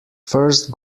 first